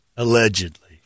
Allegedly